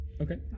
Okay